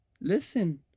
Listen